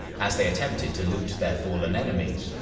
as they attempted to loot their fallen enemies,